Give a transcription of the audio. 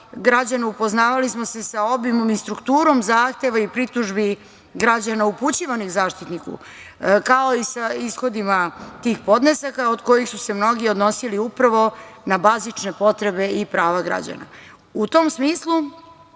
građana upoznavali smo se sa obimom i strukturom zahteva i pritužbi građana upućivanih Zaštitniku, kao i sa ishodima tih podnesaka, od kojih su se mnogi odnosili upravo na bazične potrebe i prava građana.